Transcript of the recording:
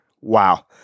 Wow